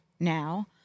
Now